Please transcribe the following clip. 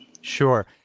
Sure